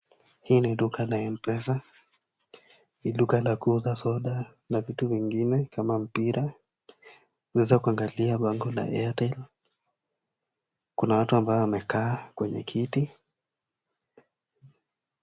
Hili ni duka la M-pesa, ni duka la kuuza soda na vitu vingine kama mpira. Naeza kuangalia bango la Airtel. Kuna watu ambao wamekaa kwenye kiti.